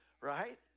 Right